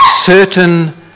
certain